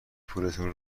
پولتون